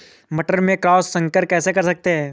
मटर में क्रॉस संकर कैसे कर सकते हैं?